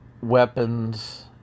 weapons